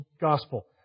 Gospel